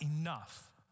enough